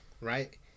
right